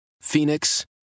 Phoenix